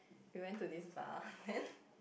we went to this bar then